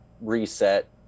reset